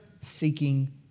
seeking